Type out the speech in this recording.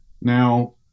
Now